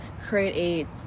create